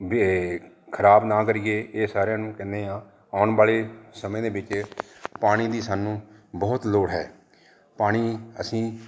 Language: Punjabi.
ਵੀ ਖਰਾਬ ਨਾ ਕਰੀਏ ਇਹ ਸਾਰਿਆਂ ਨੂੰ ਕਹਿੰਦੇ ਆ ਆਉਣ ਵਾਲੇ ਸਮੇਂ ਦੇ ਵਿੱਚ ਪਾਣੀ ਦੀ ਸਾਨੂੰ ਬਹੁਤ ਲੋੜ ਹੈ ਪਾਣੀ ਅਸੀਂ